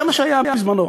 זה מה שהיה בזמני,